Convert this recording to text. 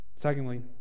Secondly